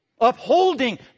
Upholding